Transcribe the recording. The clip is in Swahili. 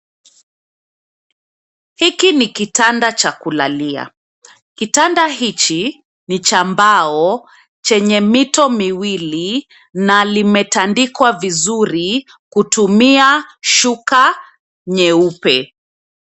Hiki ni kitanda cha kulalia, kitanda hichi ni cha mbao, chenye mito miwili na limetandikwa vizuri kutumia shuka nyeupe.